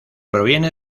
proviene